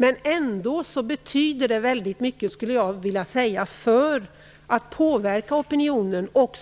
Det betyder ändå mycket